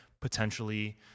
potentially